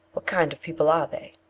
what kind of people are they?